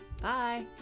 Bye